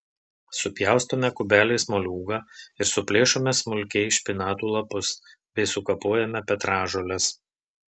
supjaustome kubeliais moliūgą ir suplėšome smulkiai špinatų lapus bei sukapojame petražoles